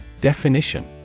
Definition